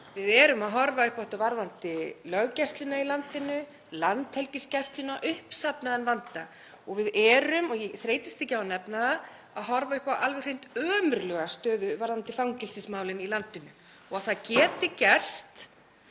Við erum að horfa upp á uppsafnaðan vanda varðandi löggæsluna í landinu, Landhelgisgæsluna og við erum, ég þreytist ekki á að nefna það, að horfa upp á alveg hreint ömurlega stöðu varðandi fangelsismálin í landinu og að það geti gerst